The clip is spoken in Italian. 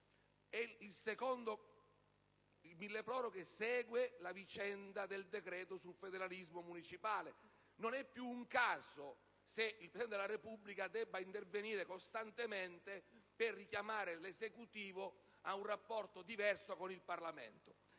Il decreto milleproroghe segue la vicenda del decreto sul federalismo municipale. Non è più un caso se il Presidente della Repubblica deve intervenire costantemente per richiamare l'Esecutivo a un rapporto diverso con il Parlamento.